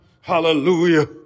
Hallelujah